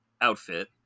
outfit